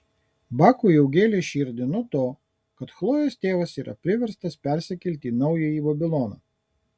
bakui jau gėlė širdį nuo to kad chlojės tėvas yra priverstas persikelti į naująjį babiloną